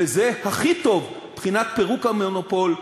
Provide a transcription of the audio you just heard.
וזה הכי טוב מבחינת פירוק המונופול,